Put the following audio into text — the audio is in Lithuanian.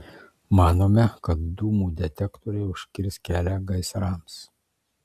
manome kad dūmų detektoriai užkirs kelią gaisrams